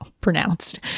pronounced